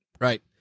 right